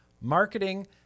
marketing